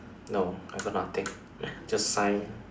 no I got nothing just sign